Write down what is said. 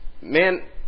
Man